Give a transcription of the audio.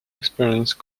experience